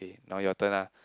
now your turn lah